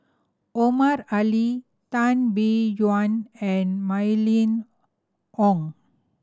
Omar Ali Tan Biyun and Mylene Ong